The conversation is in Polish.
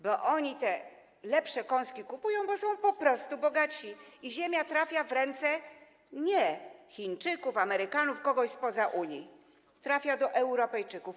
Bo oni te lepsze kąski kupują, bo są po prostu bogatsi i ziemia trafia w ręce nie Chińczyków, Amerykanów, kogoś spoza Unii, trafia do Europejczyków.